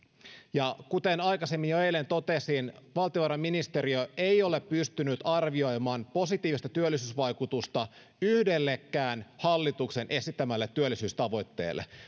ja kuten aikaisemmin jo eilen totesin valtiovarainministeriö ei ole pystynyt arvioimaan positiivista työllisyysvaikutusta yhdellekään hallituksen esittämälle työllisyystavoitteelle